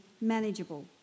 manageable